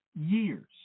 years